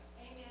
Amen